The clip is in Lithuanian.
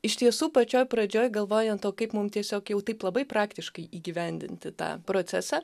iš tiesų pačioj pradžioj galvojant o kaip mum tiesiog jau taip labai praktiškai įgyvendinti tą procesą